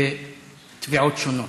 בתביעות שונות.